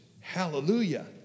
Hallelujah